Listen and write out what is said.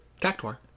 cactuar